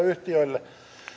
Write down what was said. yhtiöille